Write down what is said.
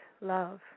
love